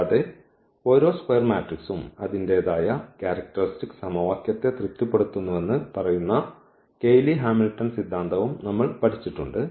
കൂടാതെ ഓരോ സ്ക്വയർ മാട്രിക്സും അതിന്റേതായ ക്യാരക്ടർസ്റ്റിക്സ് സമവാക്യത്തെ തൃപ്തിപ്പെടുത്തുന്നുവെന്ന് പറയുന്ന ഈ കെയ്ലി ഹാമിൽട്ടൺ സിദ്ധാന്തവും നമ്മൾ പഠിച്ചിട്ടുണ്ട്